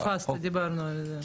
אתה פספסת, דיברנו על זה.